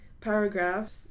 paragraph